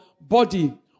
body